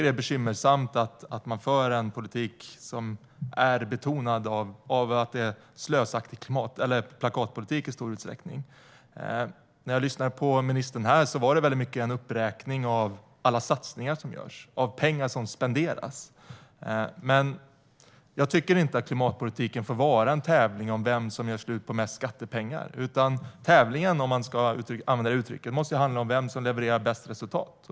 Det är bekymmersamt att man i stor utsträckning för en plakatpolitik. Ministern gjorde här en uppräkning av alla satsningar som görs, av pengar som spenderas. Jag tycker inte att klimatpolitiken ska få vara en tävling om vem som gör slut på mest skattepengar. "Tävlingen" måste handla om vem som levererar bäst resultat.